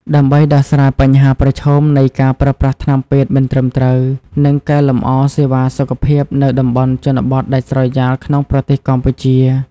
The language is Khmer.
ដើម្បីដោះស្រាយបញ្ហាប្រឈមនៃការប្រើប្រាស់ថ្នាំពេទ្យមិនត្រឹមត្រូវ និងកែលម្អសេវាសុខភាពនៅតំបន់ជនបទដាច់ស្រយាលក្នុងប្រទេសកម្ពុជា ។